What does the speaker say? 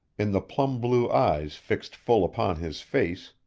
in the plum-blue eyes fixed full upon his face,